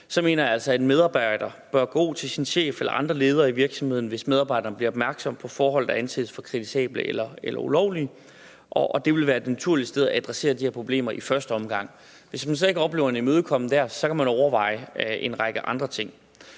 på, mener jeg altså, at en medarbejder bør gå til sin chef eller andre ledere i virksomheden, hvis medarbejderen bliver opmærksom på forhold, der anses for kritisable eller ulovlige; det vil være et naturligt sted at adressere de her problemer i første omgang. Hvis man så ikke oplever en imødekommenhed dér, kan man jo overveje en række andre ting,